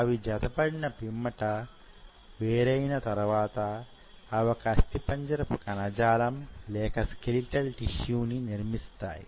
అవి జత పడిన పిమ్మట వేరైన తరువాత అవి ఒక అస్థిపంజరంపు కణజాలం లేక స్కెలిటల్ టిష్యూ ని నిర్మిస్తాయి